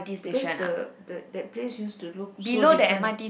because the the that place used to look so different